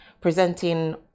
presenting